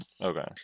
Okay